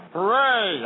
Hooray